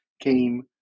came